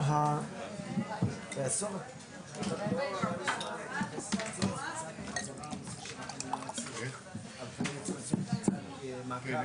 בשעה 10:32.